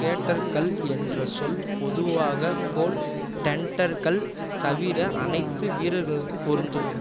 கேட்டர்கள் என்ற சொல் பொதுவாக கோல் டெண்டர்கள் தவிர அனைத்து வீரர்களுக்கும் பொருந்தும்